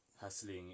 Hustling